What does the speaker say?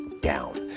down